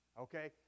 Okay